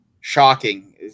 shocking